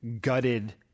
gutted